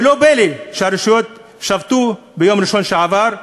ולא פלא שהרשויות שבתו ביום ראשון שעבר,